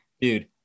dude